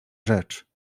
rzecz